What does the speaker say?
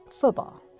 football